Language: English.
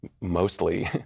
mostly